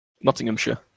Nottinghamshire